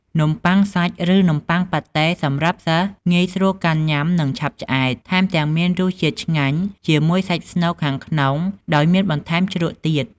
នំបុ័ងសាច់ ឫនំបុ័ងប៉ាតេ សម្រាប់សិស្សងាយស្រួលកាន់ញុាំ និងឆាប់ឆ្អែត ថែមទាំងមានរសជាតិឆ្ងាញ់ជាមួយសាច់ស្នូលខាងក្នុងដោយមានបន្ថែមជ្រក់ទៀត។